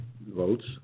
votes